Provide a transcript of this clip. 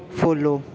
follow